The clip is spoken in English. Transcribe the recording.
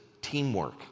teamwork